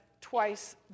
twice